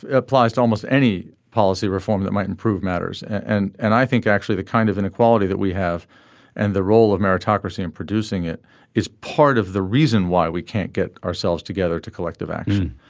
applies to almost any policy reform that might improve matters. and and i think actually the kind of inequality that we have and the role of meritocracy in producing it is part of the reason why we can't get ourselves together to collective action.